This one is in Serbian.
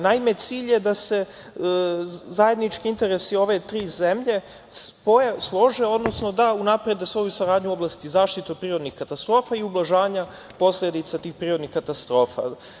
Naime, cilj je da se zajednički interesi ove tri zemlje slože, odnosno da unaprede svoju saradnju u oblasti zaštite od prirodnih katastrofa i ublažavanja posledica tih prirodnih katastrofa.